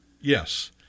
Yes